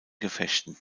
gefechten